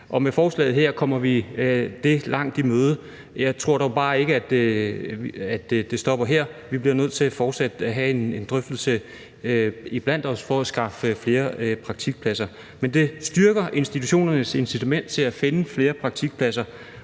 og med forslaget her kommer vi det langt i møde. Jeg tror dog bare ikke, at det stopper her; vi bliver nødt til fortsat at have en drøftelse iblandt os for at skaffe flere praktikpladser. Men det styrker institutionernes incitament til at finde flere praktikpladser,